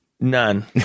None